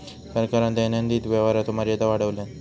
सरकारान दैनंदिन व्यवहाराचो मर्यादा वाढवल्यान